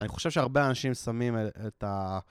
אני חושב שהרבה אנשים שמים את ה...